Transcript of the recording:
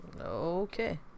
Okay